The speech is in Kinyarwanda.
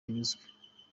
yanyuzwe